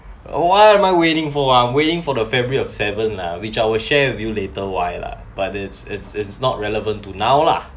why am I waiting for I'm waiting for the february of seven lah which I will share with you later why lah but it's it's it's not relevant to now lah